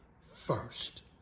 first